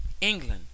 England